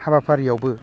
हाबाफारियावबो